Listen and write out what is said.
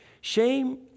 Shame